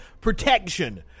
protection